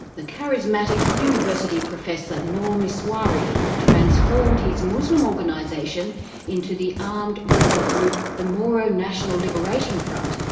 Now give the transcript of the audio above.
the charismatic university professor nur misauri transformed his muslim organisation into the armed rebel group, the moro national liberation front,